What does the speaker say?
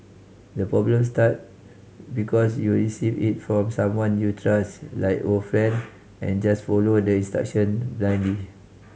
the problem start because you receive it from someone you trust like old friend and just follow the instruction blindly